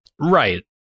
Right